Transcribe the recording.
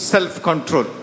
Self-control